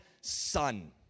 son